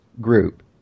group